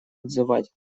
отзывать